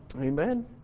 Amen